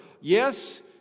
Yes